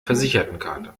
versichertenkarte